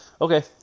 Okay